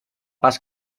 pas